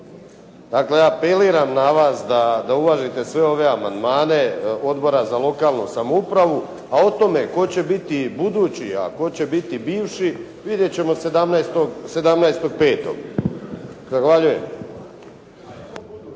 Dakle, ja apeliram na vas da uvažite sve ove amandmane Odbora za lokalnu samoupravu, a o tome tko će biti budući, a tko će biti bivši vidjet ćemo 17.5. Zahvaljujem.